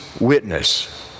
witness